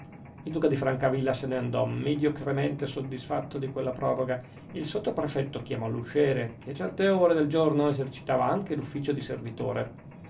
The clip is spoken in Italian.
il duca di francavilla se ne andò mediocremente soddisfatto di quella proroga e il sottoprefetto chiamò l'usciere che a certe ore del giorno esercitava anche l'ufficio di servitore